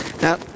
Now